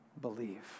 believe